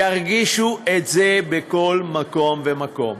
ירגישו את זה בכל מקום ומקום.